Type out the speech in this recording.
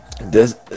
This-